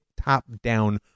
top-down